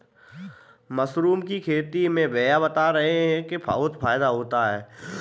mushroom की खेती में भैया बता रहे थे कि बहुत फायदा है